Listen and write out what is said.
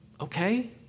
okay